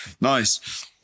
Nice